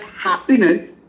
happiness